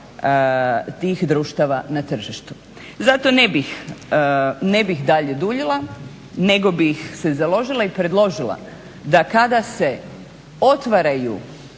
tih društava na tržištu. Zato ne bih dalje duljila nego bih se založila i predložila da kada se otvaraju